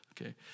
Okay